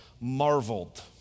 marveled